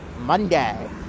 Monday